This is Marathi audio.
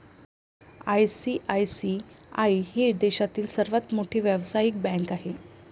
आई.सी.आई.सी.आई ही देशातील सर्वात मोठी व्यावसायिक बँक आहे